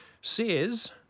says